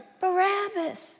Barabbas